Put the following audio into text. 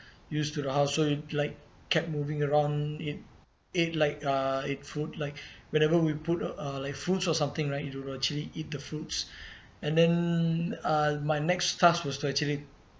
used to the house so it like kept moving around it ate like uh ate food like whenever we put uh like fruit or something right it will actually eat the fruits and then uh my next task was to actually